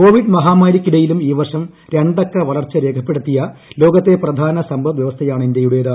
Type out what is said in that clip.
Covid മഹാമാരിക്കിടയിലും ഈ വർഷം രണ്ടക്ക വളർച്ച രേഖപ്പെടുത്തിയ ലോകത്തെ പ്രധാന സമ്പദ്വ്യവ്സ്ഥയാണ് ഇന്ത്യയുടേത്